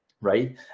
right